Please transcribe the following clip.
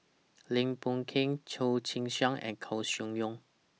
Lim Boon Keng Chia Tee Chiak and Koeh Sia Yong